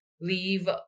leave